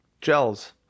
gels